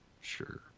Sure